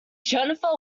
jennifer